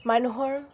মানুহৰ